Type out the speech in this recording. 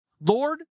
Lord